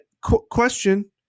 Question